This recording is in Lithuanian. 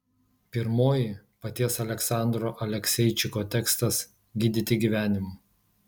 pirmoji paties aleksandro alekseičiko tekstas gydyti gyvenimu